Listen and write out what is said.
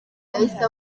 yahise